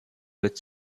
with